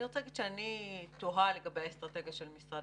ואני תוהה לגבי האסטרטגיה של משרד